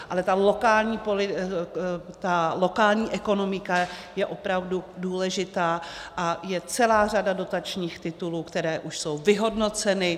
Ale ta lokální ekonomika je opravdu důležitá a je celá řada dotačních titulů, které už jsou vyhodnoceny.